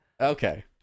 Okay